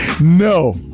No